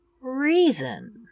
reason